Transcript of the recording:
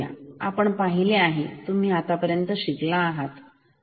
आपण पाहिले आहे तुम्ही आतापर्यंत काय शिकला आहात